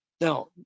Now